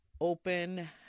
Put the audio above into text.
Open